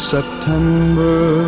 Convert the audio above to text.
September